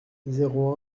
zéro